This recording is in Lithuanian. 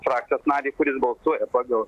frakcijos narį kuris balsuoja pagal